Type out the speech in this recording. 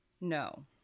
No